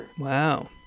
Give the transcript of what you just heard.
Wow